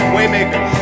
Waymaker